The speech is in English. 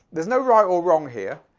there's no right or wrong here,